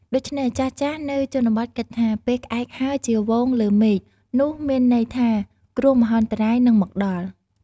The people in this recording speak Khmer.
ដូច្នេះ ចាស់ៗនៅជនបទគិតថា ពេលក្អែកហើរជាហ្វូងលើមេឃ នោះមានន័យថាគ្រោះមហន្តរាយនឹងមកដល់។